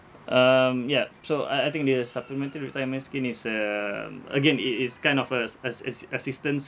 um ya so I I think the supplementary retirement scheme is um again it is kind of as~ as~ as~ assistance